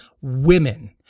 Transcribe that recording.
women